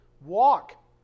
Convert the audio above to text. Walk